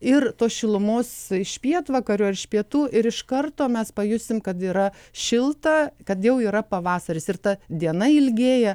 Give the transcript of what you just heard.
ir tos šilumos iš pietvakarių ar iš pietų ir iš karto mes pajusim kad yra šilta kad jau yra pavasaris ir ta diena ilgėja